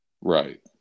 Right